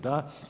Da.